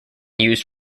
used